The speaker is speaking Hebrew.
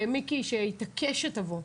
ולמיקי שהתעקש שתבוא.